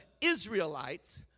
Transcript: Israelites